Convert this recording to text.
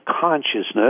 consciousness